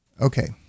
Okay